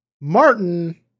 Martin